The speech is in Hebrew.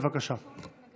בבקשה.